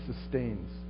sustains